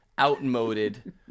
outmoded